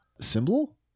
symbol